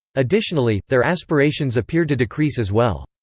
additionally, their aspirations appear to decrease as well.